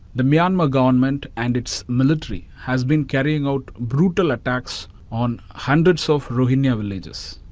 the myanmar government and its military has been carrying out brutal attacks on hundreds of rohingya villages.